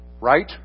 Right